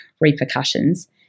repercussions